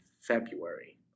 February